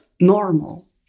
normal